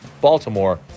Baltimore